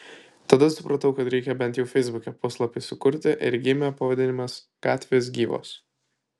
tada supratau kad reikia bent jau feisbuke puslapį sukurti ir gimė pavadinimas gatvės gyvos